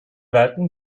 weitem